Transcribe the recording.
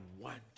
want